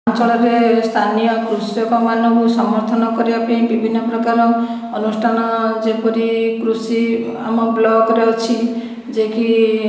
ଅଞ୍ଚଳରେ ସ୍ଥାନୀୟ କୃଷକମାନଙ୍କୁ ସମର୍ଥନ କରିବା ପାଇଁ ବିଭିନ୍ନ ପ୍ରକାର ଅନୁଷ୍ଠାନ ଯେପରି କୃଷି ଆମ ବ୍ଲକରେ ଅଛି ଯିଏକି